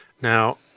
Now